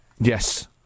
Yes